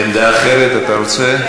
עמדה אחרת אתה רוצה?